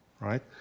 Right